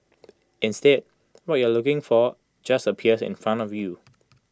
instead what you aren't looking for just appears in front of you